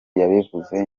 yabivuze